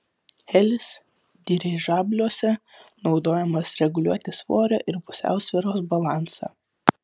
helis dirižabliuose naudojamas reguliuoti svorio ir pusiausvyros balansą